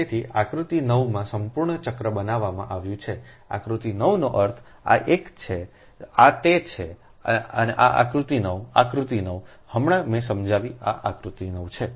તેથી આકૃતિ 9 માં સંપૂર્ણ ચક્ર બતાવવામાં આવ્યું છે આકૃતિ 9 નો અર્થ આ એક છે આ તે આ છે આ આકૃતિ 9 આકૃતિ 9 હમણાં મેં સમજાવી આ આકૃતિ 9 છે